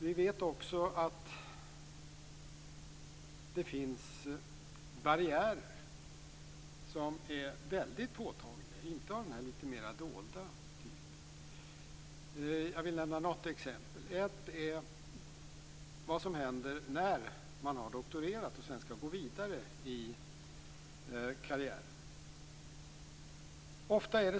Vi vet också att det finns barriärer som är väldigt påtagliga. Det handlar då inte om den litet mer dolda typen. Jag skall nämna något exempel. Ett är vad som händer när man har doktorerat och sedan skall gå vidare i karriären.